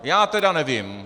Já tedy nevím.